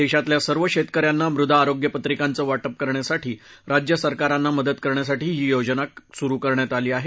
देशातल्या सर्व शेतकऱ्यांना मृदा आरोग्य पत्रिकांचं वाटप करण्यासाठी राज्य सरकारांना मदत करण्यासाठी ही योजना सुरु करण्यात आली आहे